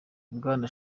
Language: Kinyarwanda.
bwana